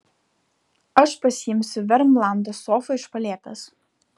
aš pasiimsiu vermlando sofą iš palėpės